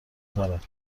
دارد